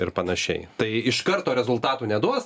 ir panašiai tai iš karto rezultatų neduos